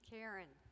Karen